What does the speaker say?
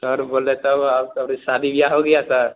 sir बोले तब आपका भी सादी व्याह हो गया सर